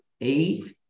eight